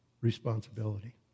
responsibility